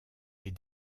est